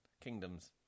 Kingdoms